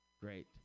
great